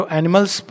animals